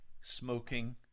smoking